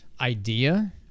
...idea